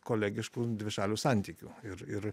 kolegiškų dvišalių santykių ir ir